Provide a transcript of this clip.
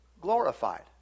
glorified